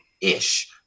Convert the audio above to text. ish